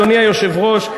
אדוני היושב-ראש,